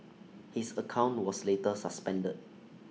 his account was later suspended